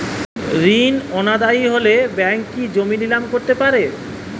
ঋণ অনাদায়ি হলে ব্যাঙ্ক কি জমি নিলাম করতে পারে?